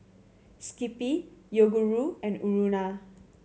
Skippy Yoguru and Urana